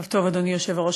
ערב טוב, אדוני היושב-ראש.